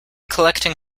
collecting